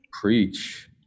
Preach